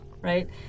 right